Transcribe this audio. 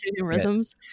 rhythms